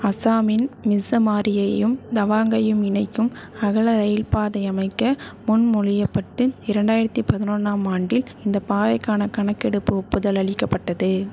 அசாமின் மிஸ்ஸமாரியையும் தவாங்கையும் இணைக்கும் அகல ரயில்பாதை அமைக்க முன்மொழியப்பட்டு இரண்டாயிரத்து பதினொன்றாம் ஆண்டில் இந்த பாதைக்கான கணக்கெடுப்பு ஒப்புதல் அளிக்கப்பட்டது